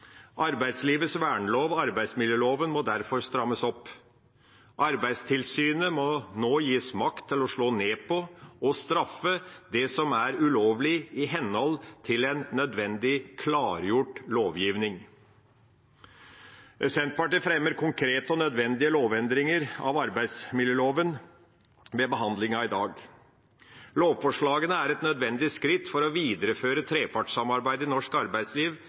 Arbeidslivets vernelov, arbeidsmiljøloven, må derfor strammes opp. Arbeidstilsynet må nå gis makt til å slå ned på og straffe det som er ulovlig, i henhold til en nødvendig klargjort lovgivning. Senterpartiet fremmer konkrete og nødvendige lovendringer av arbeidsmiljøloven ved behandlingen i dag. Lovforslagene er et nødvendig skritt for å videreføre trepartssamarbeidet i norsk arbeidsliv